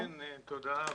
תודה.